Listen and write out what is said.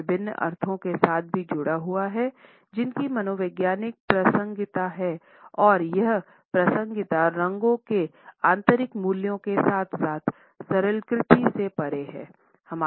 यह विभिन्न अर्थों के साथ भी जुड़ा हुआ है जिनकी मनोवैज्ञानिक प्रासंगिकता है और यह प्रासंगिकता रंगों के आंतरिक मूल्यों के साथ साथ सरलीकृत से परे है